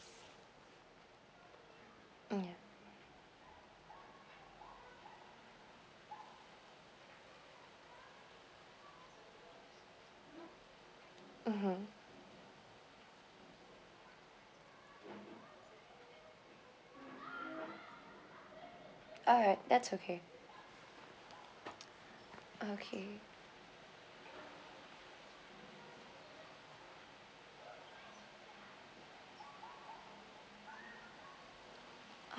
mm ya mmhmm alright that's okay okay